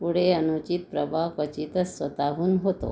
पुढे अनुचित प्रभाव क्वचितच स्वतःहून होतो